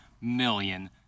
million